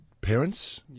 parents